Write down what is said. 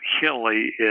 hilly